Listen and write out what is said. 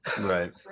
Right